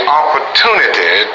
opportunity